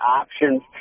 options